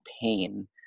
pain